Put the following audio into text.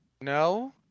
No